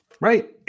Right